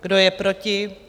Kdo je proti?